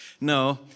No